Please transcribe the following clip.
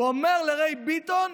הוא אומר לריי ביטון: